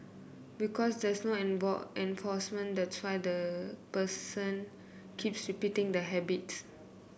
because there's no enforcement that's why the person keeps repeating the habits